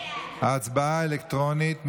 הצבעה אלקטרונית.